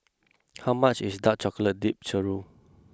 how much is Dark Chocolate Dipped Churro